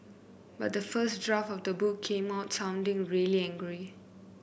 but the first draft of the book came out sounding really angry